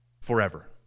forever